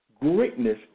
Greatness